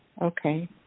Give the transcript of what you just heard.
Okay